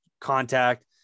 contact